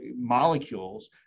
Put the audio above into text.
molecules